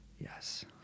Yes